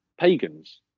Pagans